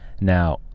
Now